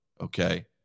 okay